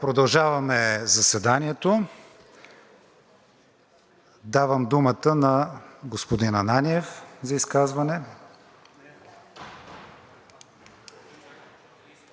Продължаваме заседанието. Давам думата на господин Ананиев за изказване.